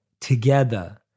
together